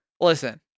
Listen